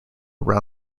around